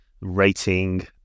rating